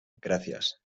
gracias